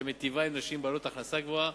שמיטיבה עם נשים בעלות הכנסה גבוהה,